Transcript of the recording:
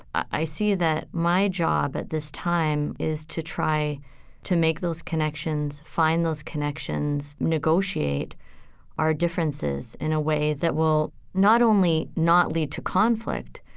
i see that my job, at this time, is to try to make those connections, find those connections, negotiate our differences in a way that will, not only not lead to conflict,